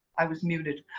i was muted.